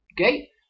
okay